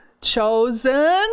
chosen